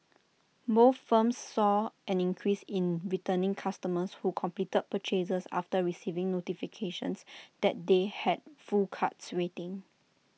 both firms saw an increase in returning customers who completed purchases after receiving notifications that they had full carts waiting